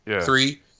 three